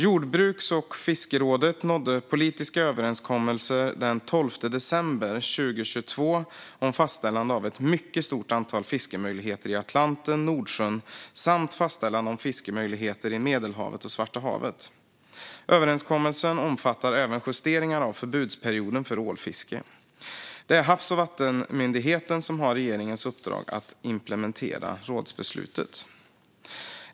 Jordbruks och fiskerådet nådde den 12 december 2022 politiska överenskommelser om fastställande av ett mycket stort antal fiskemöjligheter i Atlanten och Nordsjön samt av fiskemöjligheter i Medelhavet och Svarta havet. Överenskommelsen omfattar även justeringar av förbudsperioden för ålfiske. Det är Havs och vattenmyndigheten som har regeringens uppdrag att implementera rådsbeslutet.